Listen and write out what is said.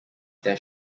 that